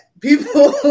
people